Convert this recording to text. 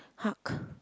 hug